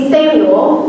Samuel